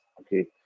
okay